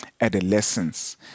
adolescence